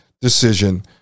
decision